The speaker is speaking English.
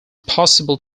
possible